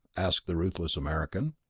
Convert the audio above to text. asked the ruthless american.